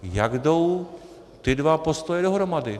Jak jdou ty dva postoje dohromady?